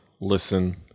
listen